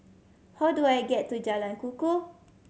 how do I get to Jalan Kukoh